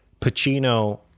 Pacino